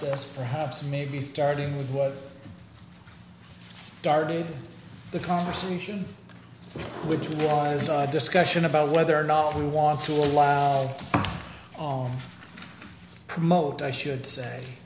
this perhaps maybe starting with what started the conversation which was a discussion about whether or not we want to allow promote i should say